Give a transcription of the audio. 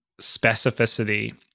specificity